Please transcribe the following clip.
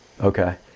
okay